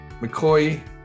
McCoy